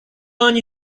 ani